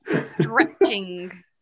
Stretching